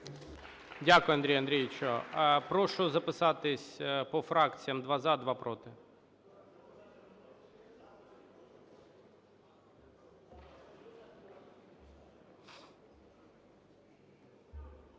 Дякую, Андрію Андрійовичу. Прошу записатись по фракціям: два - за, два - проти. Парубій